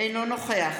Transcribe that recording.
אינו נוכח